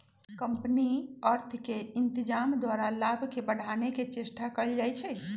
company अर्थ के इत्जाम द्वारा लाभ के बढ़ाने के चेष्टा कयल जाइ छइ